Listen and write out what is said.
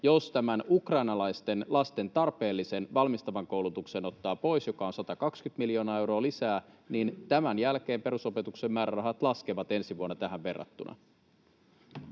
jos tämän ukrainalaisten lasten tarpeellisen valmistavan koulutuksen ottaa pois, joka on 120 miljoonaa euroa lisää, niin tämän jälkeen perusopetuksen kokonaismäärärahat laskevat ensi vuonna tähän verrattuna?